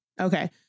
Okay